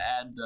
add